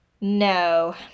No